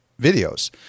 videos